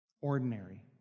ordinary